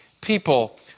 people